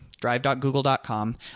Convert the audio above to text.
drive.google.com